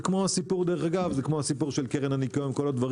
זה כמו הסיפור של קרן הניקיון וכו'.